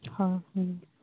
হয়